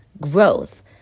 growth